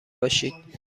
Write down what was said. باشید